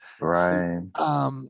right